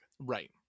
Right